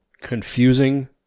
confusing